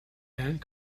and